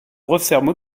referment